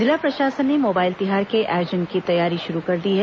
जिला प्रशासन ने मोबाइल तिहार के आयोजन की तैयारी शुरू कर दी है